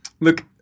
look